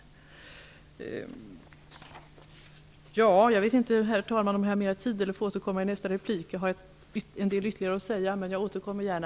Herr talman! Jag vet inte om jag har mer tid eller om jag får återkomma i nästa replik. Jag har en del ytterligare att säga, men jag återkommer gärna.